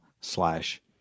slash